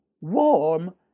warm